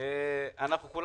ביקשו